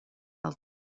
del